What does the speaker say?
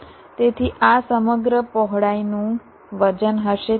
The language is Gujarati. તેથી આ સમગ્ર પહોળાઈનું વજન હશે